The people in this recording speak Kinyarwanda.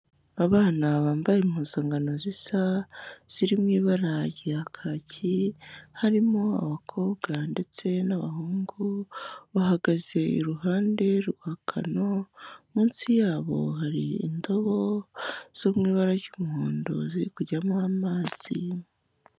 Abana bambaye impuzangano zisa, ziri mu ibara rya kaki, harimo abakobwa ndetse n'abahungu, bahagaze iruhande rwa kano, munsi yabo hari indobo zo mu ibara ry'umuhondo ziri kujyamo amazi.